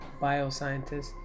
bioscientist